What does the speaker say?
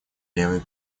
левой